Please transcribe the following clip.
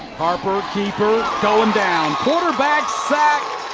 harper, keeper. going down. quarterback sack.